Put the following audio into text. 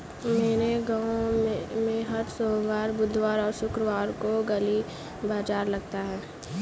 मेरे गांव में हर सोमवार बुधवार और शुक्रवार को गली बाजार लगता है